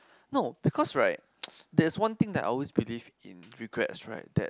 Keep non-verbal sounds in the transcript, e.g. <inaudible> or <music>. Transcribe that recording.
no because right <noise> there is one thing that I always believe in regrets right that